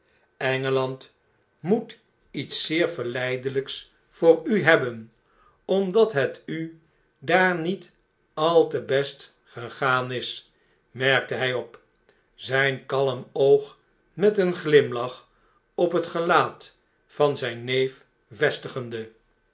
moet iets zeer verleideiyks voor u hebben omdat het u daar niet al te best gegaan is merkte hy op zyn kalm oog met een glimlach op het gelaat van zyn neef